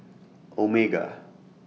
Omega